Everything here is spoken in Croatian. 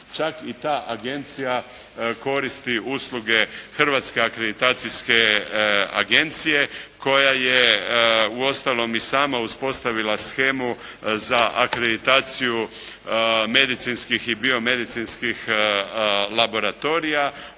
čak i ta agencija koristi usluge Hrvatske akreditacijske agencije koja je uostalom i sama uspostavila shemu za akreditaciju medicinskih i bio medicinskih laboratorija